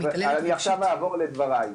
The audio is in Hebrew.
אז אני עכשיו אעבור לדבריי.